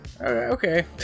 okay